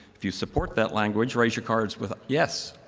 if you support that language, raise your cards with yes.